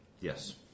Yes